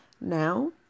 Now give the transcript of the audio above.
now